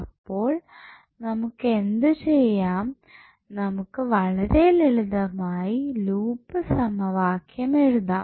അപ്പോൾ നമുക്ക് എന്തു ചെയ്യാം നമുക്ക് വളരെ ലളിതമായി ലൂപ്പ് സമവാക്യം എഴുതാം